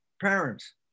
Parents